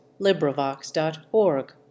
LibriVox.org